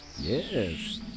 Yes